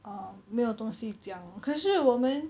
um 没有东西讲可是我们